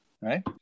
right